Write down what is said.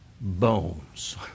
Bones